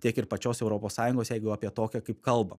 tiek ir pačios europos sąjungos jeigu apie tokią kaip kalba